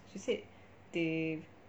she said they